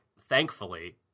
thankfully